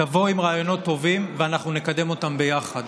תבואו עם רעיונות טובים, ואנחנו נקדם אותם ביחד.